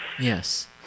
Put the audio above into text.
yes